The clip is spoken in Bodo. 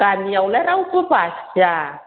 गामियावलाय रावबो बासिया